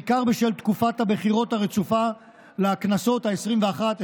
בעיקר בשל תקופת הבחירות הרצופה לכנסות העשרים-ואחת,